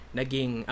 naging